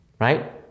right